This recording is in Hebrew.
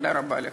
תודה רבה לך.